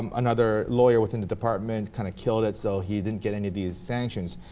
um another lawyer within the department kinda kill it it so he didn't get any of these sanctions